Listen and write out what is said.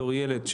בתור ילד,